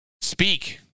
Speak